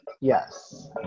Yes